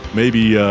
maybe, yeah